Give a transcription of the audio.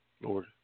Lord